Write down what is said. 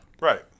Right